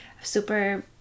super